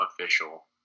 official